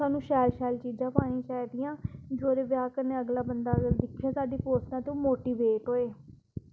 सानूं शैल शैल चीज़ां पानी चाहिदियां जेह्दे कन्नै बंदा इ'नें पोस्टें कन्नै मोटिवेट होऐ